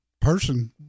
person